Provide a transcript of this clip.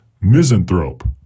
misanthrope